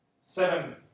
seven